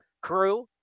crew